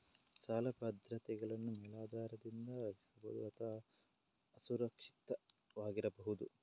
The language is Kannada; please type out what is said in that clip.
ಸಾಲ ಭದ್ರತೆಗಳನ್ನು ಮೇಲಾಧಾರದಿಂದ ರಕ್ಷಿಸಬಹುದು ಅಥವಾ ಅಸುರಕ್ಷಿತವಾಗಿರಬಹುದು